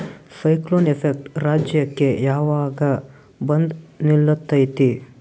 Cyclone effect ರಾಜ್ಯಕ್ಕೆ ಯಾವಾಗ ಬಂದ ನಿಲ್ಲತೈತಿ?